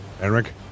Eric